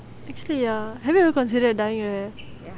actually ya have you ever considered dyeing your hair